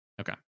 Okay